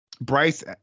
Bryce